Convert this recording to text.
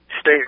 state